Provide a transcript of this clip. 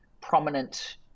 prominent